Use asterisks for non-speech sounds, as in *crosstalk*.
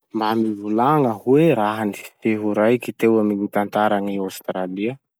*noise* Mba mivolagna hoe raha-niseho raiky teo amy gny tantaran'i Ostralia?